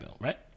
right